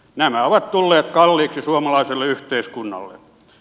nämä ovat tulleet kalliiksi suomalaiselle yhteiskunnalle